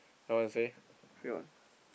what you want to say